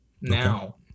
now